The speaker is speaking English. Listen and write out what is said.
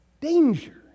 danger